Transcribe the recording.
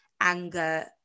anger